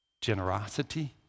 generosity